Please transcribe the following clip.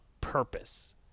purpose